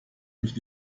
mich